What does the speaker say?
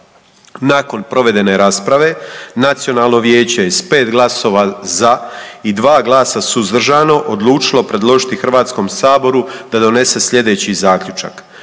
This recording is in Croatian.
Nakon provedene rasprave Nacionalno vijeće je s 5 glasova ZA i 2 glasa SUZDRŽANO odlučilo predložiti Hrvatskom saboru da donese slijedeći zaključak: